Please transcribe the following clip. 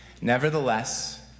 Nevertheless